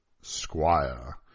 squire